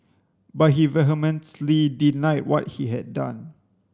but he vehemently denied what he had done